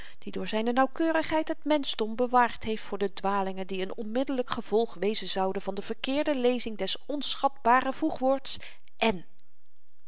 die door zyne nauwkeurigheid het menschdom bewaard heeft voor de dwalingen die een onmiddellyk gevolg wezen zouden van de verkeerde lezing des onschatbaren voegwoords en